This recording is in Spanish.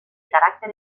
carácter